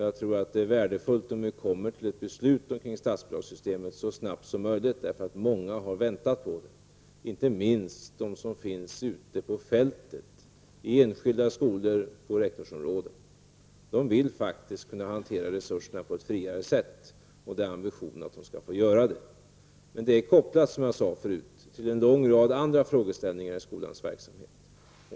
Det vore värdefullt om vi kom fram till ett beslut om statsbidragssystemet så snabbt som möjligt, därför att det är många som har väntat på ett sådant beslut, inte minst de som finns ute på fältet i enskilda skolor och rektorsområden. De vill kunna hantera resurserna på ett friare sätt och ambitionen är att de skall få göra det. Men som jag sade förut är detta kopplat till en rad andra frågeställningar inom skolans verksamhet.